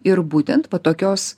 ir būtent tokios